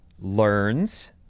learns